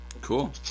Cool